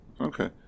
Okay